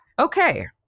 Okay